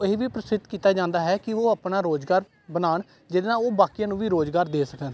ਇਹ ਵੀ ਪ੍ਰਸਿੱਧ ਕੀਤਾ ਜਾਂਦਾ ਹੈ ਕਿ ਉਹ ਆਪਣਾ ਰੁਜ਼ਗਾਰ ਬਣਾਉਣ ਜਿਹਦੇ ਨਾਲ ਉਹ ਬਾਕੀਆਂ ਨੂੰ ਵੀ ਰੁਜ਼ਗਾਰ ਦੇ ਸਕਣ